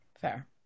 Fair